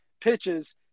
pitches